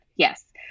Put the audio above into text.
Yes